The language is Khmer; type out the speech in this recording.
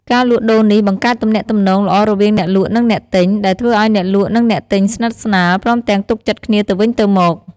ការលក់ដូរនេះបង្កើតទំនាក់ទំនងល្អរវាងអ្នកលក់ និងអ្នកទិញ ដែលធ្វើឲ្យអ្នកលក់និងអ្នកទិញស្និទ្ធស្នាល ព្រមទាំងទុកចិត្តគ្នាទៅវិញទៅមក។